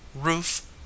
roof